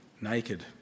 naked